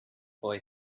boy